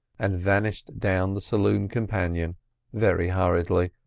and vanished down the saloon companion very hurriedly,